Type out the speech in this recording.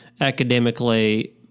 academically